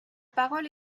parole